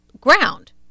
ground